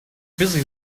busy